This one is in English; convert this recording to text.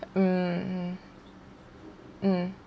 mm mm